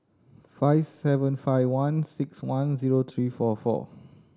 five seven five one six one zero three four four